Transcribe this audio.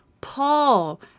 Paul